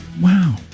wow